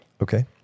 Okay